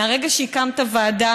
מהרגע שהקמת את הוועדה,